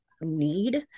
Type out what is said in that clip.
need